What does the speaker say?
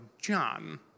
John